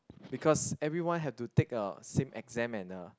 because everyone have to take a same exam and uh